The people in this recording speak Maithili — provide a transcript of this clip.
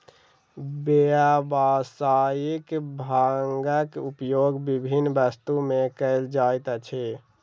व्यावसायिक भांगक उपयोग विभिन्न वस्तु में कयल जाइत अछि